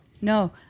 No